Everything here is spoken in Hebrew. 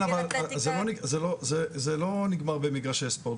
כן, אבל זה לא נגמר במגרשי ספורט.